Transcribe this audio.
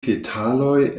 petaloj